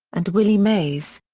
and willie mays.